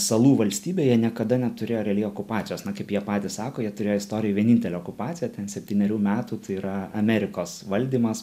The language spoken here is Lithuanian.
salų valstybė jie niekada neturėjo realiai okupacijos na kaip jie patys sako jie turėjo istorijoj vienintelę okupaciją ten septynerių metų tai yra amerikos valdymas